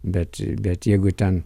bet bet jeigu ten